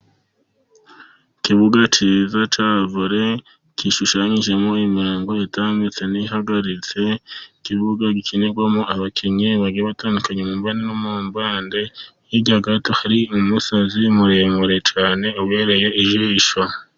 Ikibuga cyiza cya vole gishushanyijemo imirongo itambitse n'ihagaritse, ikibuga gikinirwamo abakinnyi bagiye batandukanye mu mpande no mu mpande, hirya gato hari umusozi muremure cyane ubereye ijisho.